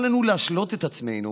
אל לנו להשלות את עצמנו